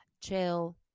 chill